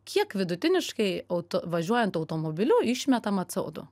kiek vidutiniškai auto važiuojant automobiliu išmetama co du